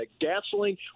gasoline